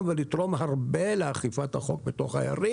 ולתרום הרבה לאכיפת החוק בתוך הערים.